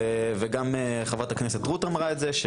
וגם חה"כ רות אמרה את זה,